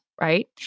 right